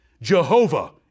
Jehovah